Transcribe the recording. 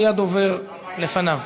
מי הדובר לפניו,